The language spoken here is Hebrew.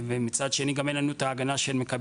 ומצד שני גם אין לנו את ההגנה שמקבלים